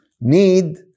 need